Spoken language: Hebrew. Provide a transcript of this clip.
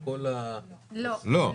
לא.